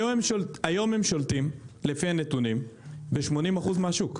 היום הם שולטים לפי הנתונים ב-80% מהשוק.